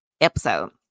episode